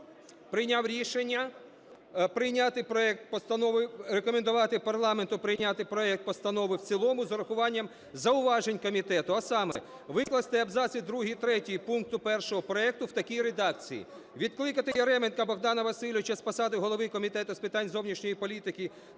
постанови, рекомендувати парламенту прийняти проект постанови в цілому з урахуванням зауважень комітету, а саме: викласти абзаци 2, 3 пункту 1 проект в такій редакції: "Відкликати Яременка Богдана Васильовича з посади голови Комітету з питань зовнішньої політики